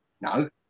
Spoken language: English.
No